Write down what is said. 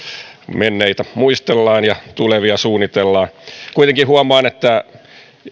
menneitä muistellaan ja tulevia suunnitellaan kuitenkin huomaan että